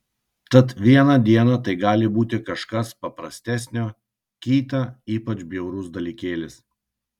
tad vieną dieną tai gali būti kažkas paprastesnio kitą ypač bjaurus dalykėlis